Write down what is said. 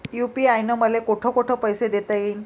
UPI न मले कोठ कोठ पैसे देता येईन?